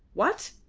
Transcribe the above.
what?